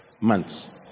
months